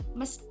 mas